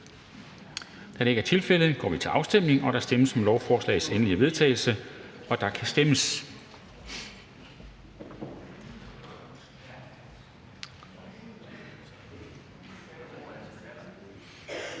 det er tilfældet, starter jeg afstemningen. Der stemmes om forslagets endelige vedtagelse, og der kan stemmes.